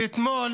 ואתמול